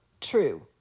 true